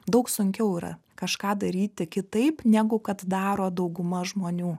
daug sunkiau yra kažką daryti kitaip negu kad daro dauguma žmonių